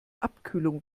abkühlung